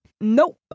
Nope